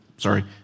Sorry